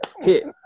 hit